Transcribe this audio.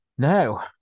No